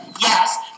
yes